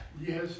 Yes